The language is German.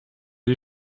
die